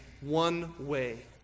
one-way